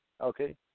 okay